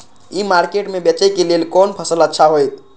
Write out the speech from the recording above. ई market में बेचेक लेल कोन फसल अच्छा होयत?